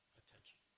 attention